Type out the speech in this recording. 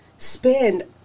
spend